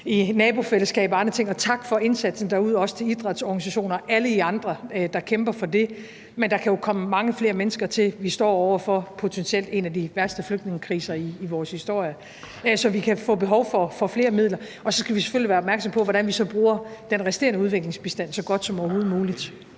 i nabofællesskaber og andre ting. Og tak for indsatsen derude, også til idrætsorganisationer og alle jer andre, der kæmper for det. Men der kan jo komme mange flere mennesker til. Vi står over for potentielt en af de værste flygtningekriser i vores historie, så vi kan få behov for flere midler. Og så skal vi selvfølgelig være opmærksomme på, hvordan vi bruger den resterende udviklingsbistand så godt som overhovedet muligt.